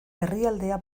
herrialdea